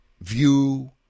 view